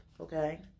okay